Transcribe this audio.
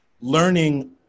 learning